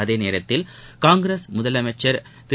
அதேநேரத்தில் காங்கிரஸ் முதலமைச்சர் திரு